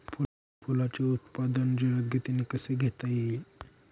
फुलांचे उत्पादन जलद गतीने कसे घेता येईल?